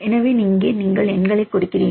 எனவே இங்கே நீங்கள் எண்களைக் கொடுக்கிறீர்கள்